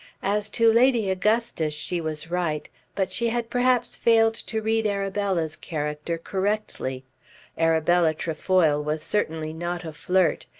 as to lady augustus she was right but she had perhaps failed to read arabella's character correctly arabella trefoil was certainly not a flirt.